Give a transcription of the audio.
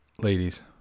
ladies